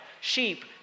sheep